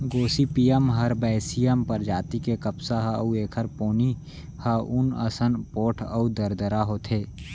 Gossypium herbaceum परजाति के कपसा ह अउ एखर पोनी ह ऊन असन पोठ अउ दरदरा होथे